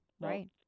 Right